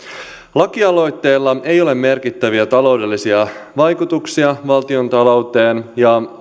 lakialoitteella ei ole merkittäviä taloudellisia vaikutuksia valtiontalouteen ja